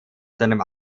seinem